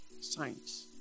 science